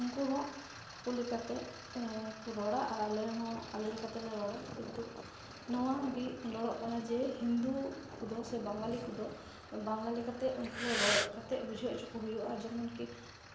ᱩᱱᱠᱩᱦᱚᱸ ᱟᱠᱚ ᱞᱮᱠᱟ ᱛᱮᱠᱚ ᱨᱚᱲᱟ ᱟᱨ ᱟᱞᱮᱦᱚᱸ ᱟᱞᱮ ᱞᱮᱠᱟ ᱛᱮᱞᱮ ᱨᱚᱲᱟ ᱠᱤᱱᱛᱩ ᱱᱚᱣᱟᱜᱮ ᱨᱚᱲᱚᱜ ᱠᱟᱱᱟ ᱡᱮ ᱦᱤᱱᱫᱩ ᱠᱚᱫᱚ ᱥᱮ ᱵᱟᱝᱜᱟᱞᱤ ᱠᱚᱫᱚ ᱵᱟᱝᱜᱟ ᱞᱮᱠᱟᱛᱮᱫ ᱩᱱᱠᱩᱦᱚᱸ ᱨᱚᱲ ᱠᱟᱛᱮᱫ ᱵᱩᱡᱷᱟᱹᱣ ᱚᱪᱚᱠᱚ ᱦᱩᱭᱩᱜᱼᱟ ᱡᱮᱢᱚᱱᱠᱤ